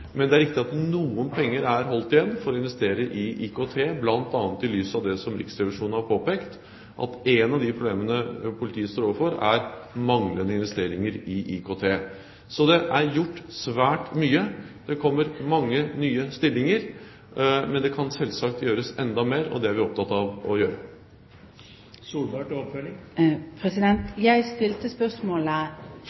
Men det er riktig at noen penger er holdt igjen for å investere i IKT, bl.a. i lys av det som Riksrevisjonen har påpekt, at et av de problemene politiet står overfor, er manglende investeringer i IKT. Så det er gjort svært mye, det kommer mange nye stillinger, men det kan selvsagt gjøres enda mer, og det er vi opptatt av å gjøre.